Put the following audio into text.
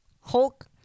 Hulk